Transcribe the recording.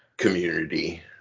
Community